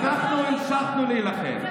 אז אנחנו המשכנו להילחם,